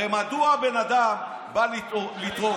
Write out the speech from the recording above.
הרי מדוע בן אדם בא לתרום?